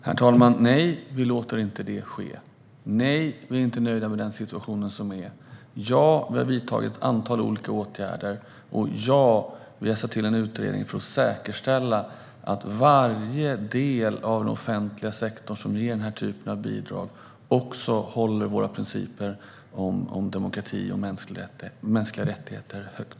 Herr talman! Nej, vi låter inte det ske. Nej, vi är inte nöjda med den situation som är. Ja, vi har vidtagit ett antal olika åtgärder. Och ja, vi har tillsatt en utredning för att säkerställa att varje del av den offentliga sektorn som ger den här typen av bidrag också håller våra principer om demokrati och mänskliga rättigheter högt.